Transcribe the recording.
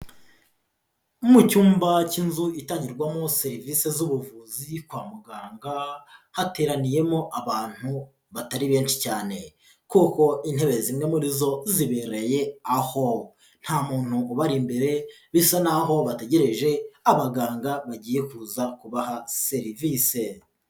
Mu cyumba cy'inzu itangirwamo serivise z'ubuvuzi kwa muganga, hateraniyemo abantu batari benshi cyane kuko intebe zimwe muri zo zibereye aho, nta muntu ubari imbere bisa naho bategereje abaganga bagiye kuza kubaha serivise.